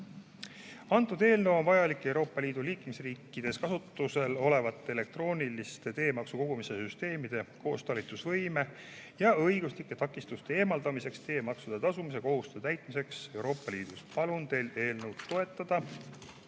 Eelnõu on vajalik Euroopa Liidu liikmesriikides kasutusel olevate elektrooniliste teemaksu kogumise süsteemide koostalitlusvõime [hõlbustamiseks] ja õiguslike takistuste eemaldamiseks teemaksude tasumise kohustuse täitmiseks Euroopa Liidus. Palun teil eelnõu toetada.